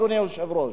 אדוני היושב-ראש?